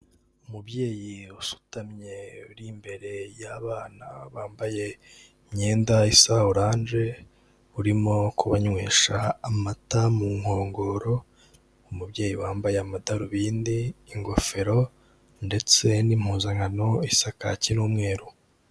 Umubyeyi usutamye uri imbere y'abana bambaye imyenda isa oranje urimo kubanywesha amata mu nkongoro, umubyeyi wambaye amadarubindi, ingofero ndetse n'impuzankano isa kake n'umweru.